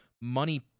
money